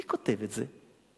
מי כותב את זה?